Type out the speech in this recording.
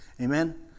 Amen